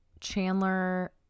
Chandler